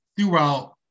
throughout